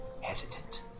hesitant